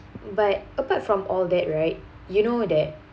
but apart from all that right you know that